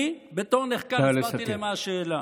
אני בתור נחקר הסברתי להם מה השאלה.